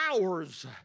hours